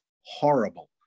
horrible